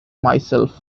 myself